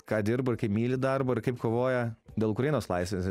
ką dirba ir kaip myli darbą ir kaip kovoja dėl ukrainos laisvės